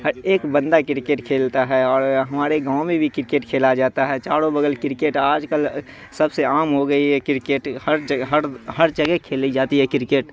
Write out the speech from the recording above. ہر ایک بندہ کرکٹ کھیلتا ہے اور ہمارے گاؤں میں بھی کرکٹ کھیلا جاتا ہے چارو بگل کرکٹ آج کل سب سے عام ہو گئی ہے کرکٹ ہر جگہ ہر ہر جگہ کھیلی جاتی ہے کرکٹ